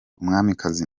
umwamikazi